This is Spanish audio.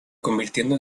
convirtiendo